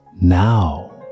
now